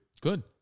Good